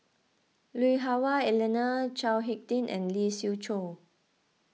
Lui Hah Wah Elena Chao Hick Tin and Lee Siew Choh